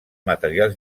materials